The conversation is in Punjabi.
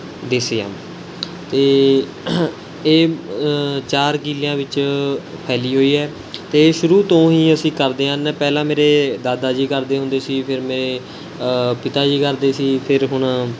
ਦੇਸੀ ਅੰਬ ਅਤੇ ਇਹ ਚਾਰ ਕਿੱਲ੍ਹਿਆਂ ਵਿੱਚ ਫੈਲੀ ਹੋਈ ਹੈ ਅਤੇ ਇਹ ਸ਼ੁਰੂ ਤੋਂ ਹੀ ਅਸੀਂ ਕਰਦੇ ਹਨ ਪਹਿਲਾਂ ਮੇਰੇ ਦਾਦਾ ਜੀ ਕਰਦੇ ਹੁੰਦੇ ਸੀ ਫਿਰ ਮੇਰੇ ਪਿਤਾ ਜੀ ਕਰਦੇ ਸੀ ਫਿਰ ਹੁਣ